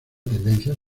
tendencia